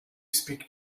speak